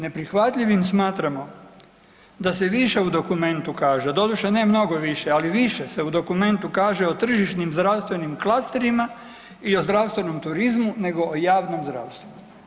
Neprihvatljivim smatramo da se više u dokumentu kaže, doduše ne mnogo više, ali više se u dokumentu kaže o tržišnim zdravstvenim klasterima i o zdravstvenom turizmu nego o javnom zdravstvu.